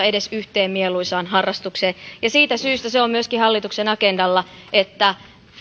edes yhteen mieluisaan harrastukseen siitä syystä se on myöskin hallituksen agendalla siten että